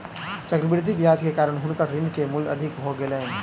चक्रवृद्धि ब्याज के कारण हुनकर ऋण के मूल अधिक भ गेलैन